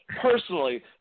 personally